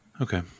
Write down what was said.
okay